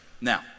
Now